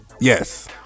Yes